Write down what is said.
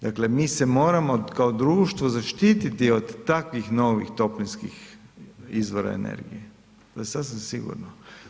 Dakle mi se moramo kao društvo zaštititi od takvih novih toplinskih izvora energije, to je sasvim sigurno.